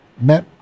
met